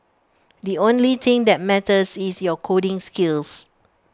the only thing that matters is your coding skills